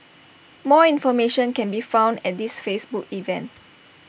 more information can be found at this Facebook event